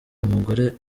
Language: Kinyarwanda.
umugore